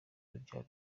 urubyaro